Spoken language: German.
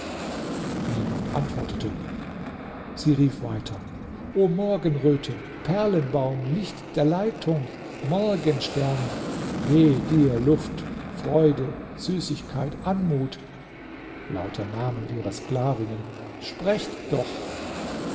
niemand antwortete sie rief weiter o morgenröte perlenbaum licht der leitung morgenstern wehe dir luft freude süßigkeit anmut lauter namen ihrer sklavinnen sprecht doch